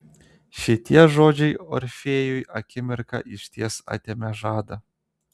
šitie žodžiai orfėjui akimirką išties atėmė žadą